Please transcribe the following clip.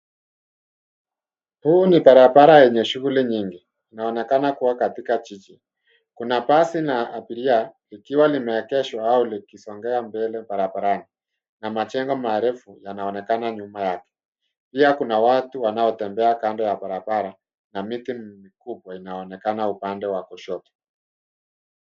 Huu ni barabara yenye shughuli nyingi, inaonekana kuwa katika jiji. Kuna basi la abiria likiwa limeegeshwa au likisongea mbele barabarani na majengo marefu yanaonekana nyuma yake. Pia kuna watu wanaotembea kando ya barabara na miti mikubwa inaonekana upande wa kushoto.